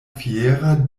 fiera